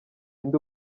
nde